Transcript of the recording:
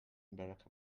barack